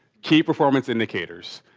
key performance indicators,